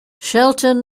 shelton